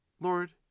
Lord